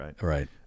right